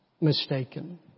mistaken